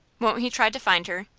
won't he try to find her?